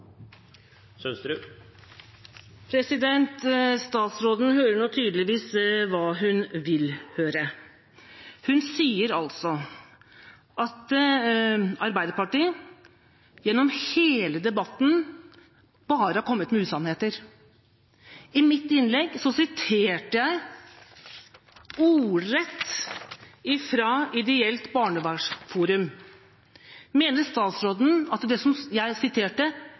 Statsråden hører tydeligvis hva hun vil høre. Hun sier altså at Arbeiderpartiet gjennom hele debatten bare har kommet med usannheter. I mitt innlegg siterte jeg ordrett fra Ideelt barnevernsforum. Mener statsråden at det jeg siterte,